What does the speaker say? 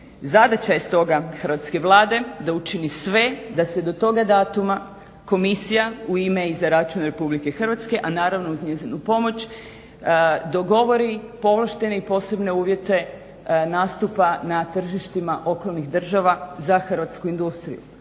Zadaća je stoga hrvatske Vlade da učini sve da se do toga datuma komisija u ime i za račun Republike Hrvatske, a naravno uz njezinu pomoć dogovori povlaštene i posebne uvjete nastupa na tržištima okolnih država za hrvatsku industriju.